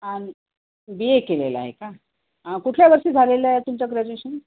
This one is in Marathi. आणि बी ए केलेला आहे का कुठल्या वर्षी झालेलं आहे तुमचं ग्रॅज्युएशन